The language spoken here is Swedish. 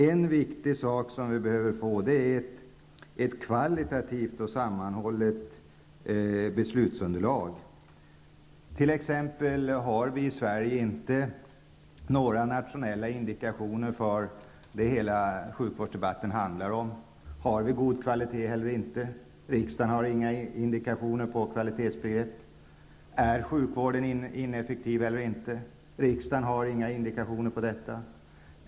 En viktig sak som vi behöver få är ett kvalitativt och sammanhållet beslutsunderlag. Vi har t.ex. inte i Sverige några nationella indikationer på vad hela sjukvårdsdebatten handlar om. Är kvaliteten god eller inte? Riksdagen har inga indikationer på kvalitetsbegreppet. Är sjukvården ineffektiv eller inte? Riksdagen har inga indikationer på detta.